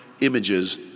images